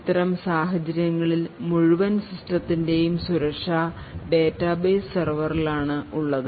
അത്തരം സാഹചര്യങ്ങളിൽ മുഴുവൻ സിസ്റ്റത്തിന്റെയും സുരക്ഷ ഡാറ്റാബേസ് സെർവറിലാണ് ഉള്ളത്